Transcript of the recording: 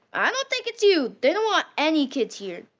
i don't think it's you! they don't want any kids here.